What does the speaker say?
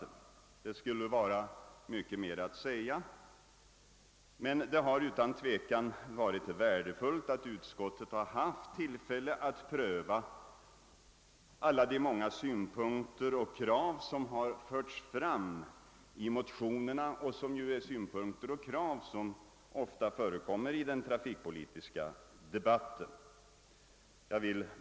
Mycket mer skulle vara att säga, men utan tvivel har det varit värdefullt att utskottet haft tillfälle att pröva alla de många synpunkter och krav, vilka förts fram i motionerna. Det är sådana synpunkter och krav som ofta förekommer i den trafikpolitiska debatten.